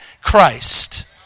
Christ